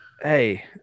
Hey